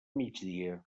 migdia